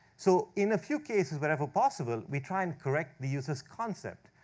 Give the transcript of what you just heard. so, in a few cases, wherever possible, we try and correct the user's concept.